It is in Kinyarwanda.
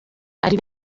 ari